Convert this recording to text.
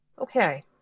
Okay